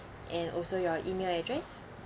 and also your email address